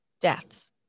deaths